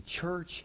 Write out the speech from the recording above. church